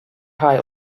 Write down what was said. high